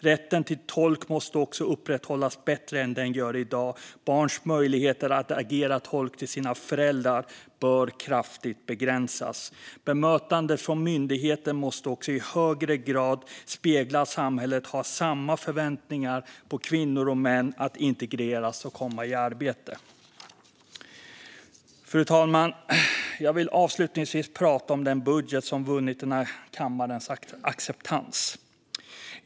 Rätten till tolk måste också upprätthållas bättre än den gör i dag. Barns möjligheter att agera tolk till sina föräldrar bör kraftigt begränsas. Bemötandet från myndigheter måste också i högre grad spegla att samhället har samma förväntningar på kvinnor och män att integreras och komma i arbete. Fru talman! Jag vill avslutningsvis prata om den budget som vunnit den här kammarens acceptans.